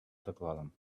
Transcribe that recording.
докладом